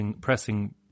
pressing